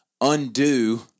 undo